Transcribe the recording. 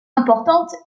importantes